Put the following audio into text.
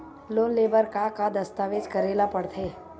Loan ले बर का का दस्तावेज करेला पड़थे?